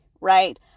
right